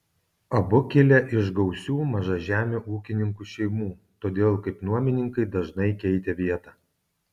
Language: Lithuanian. abu kilę iš gausių mažažemių ūkininkų šeimų todėl kaip nuomininkai dažnai keitė vietą